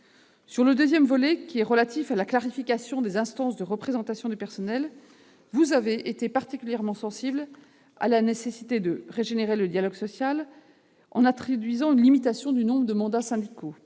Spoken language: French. Sur le deuxième volet, relatif à la clarification des instances de représentation du personnel, vous avez été particulièrement sensibles à la nécessité de régénérer le dialogue social en introduisant une limitation du nombre de mandats syndicaux,